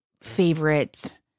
favorite